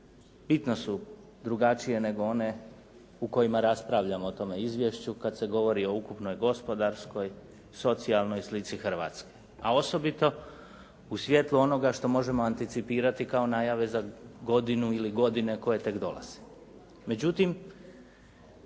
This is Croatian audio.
bitno su drugačije nego one u kojima raspravljamo o tome izvješću kad se govori o ukupnoj gospodarskoj, socijalnoj slici Hrvatske a osobito u svijetlu onoga što možemo anticipirati kao najave za godinu ili godine koje tek dolaze.